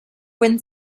win